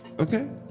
okay